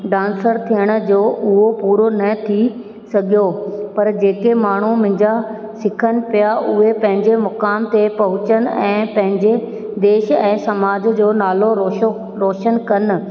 dancer थियण जो उहो पूरो न थी सघियो पर जेके माण्हू मुंहिंजा सिखनि पिया उहे पंहिंजे मुक़ाम ते पहुचनि ऐं पंहिंजे देश ऐं समाज जो नालो रौशो रोशन कनि